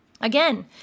Again